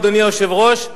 אדוני היושב-ראש,